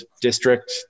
district